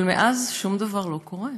אבל מאז שום דבר לא קורה.